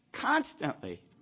Constantly